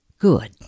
Good